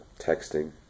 texting